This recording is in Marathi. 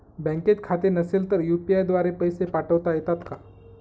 बँकेत खाते नसेल तर यू.पी.आय द्वारे पैसे पाठवता येतात का?